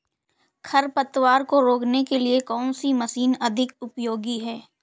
खरपतवार को रोकने के लिए कौन सी मशीन अधिक उपयोगी है?